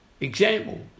Example